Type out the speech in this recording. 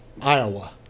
Iowa